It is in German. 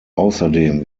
außerdem